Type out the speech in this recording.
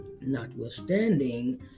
Notwithstanding